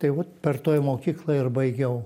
tai vot per toj mokyklą ir baigiau